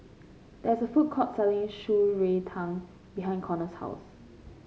there is a food court selling Shan Rui Tang behind Connor's house